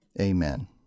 Amen